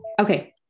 Okay